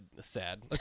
sad